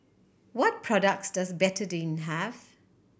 what products does Betadine have